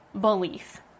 belief